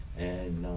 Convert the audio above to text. and